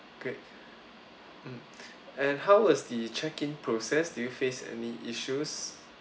good mm and how is the check in process do you face any issues